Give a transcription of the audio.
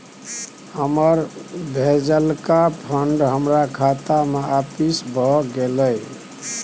हमर भेजलका फंड हमरा खाता में आपिस भ गेलय